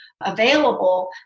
Available